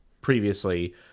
previously